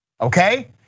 Okay